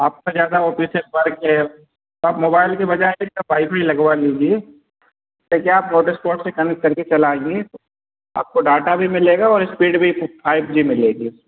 आपका ज्यादा ऑफिस से वर्क है तो आप मोबाइल की जगह एक वाईफाई लगवा लीजिए तो क्या आप हॉटस्पॉट से कनेक्ट करके चलाएँगे तो आपको डाटा भी मिलेगा और स्पीड भी फ फाइव जी मिलेगी